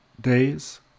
days